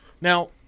Now